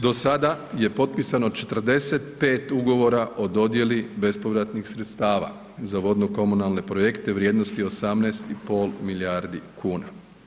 Do sada je potpisano 45 ugovora o dodjeli bespovratnih sredstava za vodno-komunalne projekte vrijednosti 18,5 milijardi kuna.